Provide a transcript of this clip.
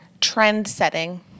trend-setting